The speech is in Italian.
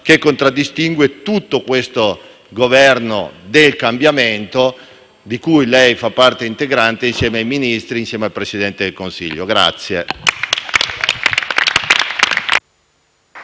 che contraddistingue tutto questo Governo del cambiamento, di cui lei fa parte integrante insieme ai Ministri e insieme al Presidente del Consiglio.